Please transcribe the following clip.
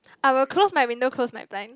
I will close my window close my blind